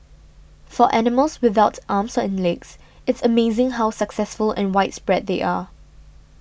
for animals without arms and legs it's amazing how successful and widespread they are